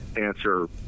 answer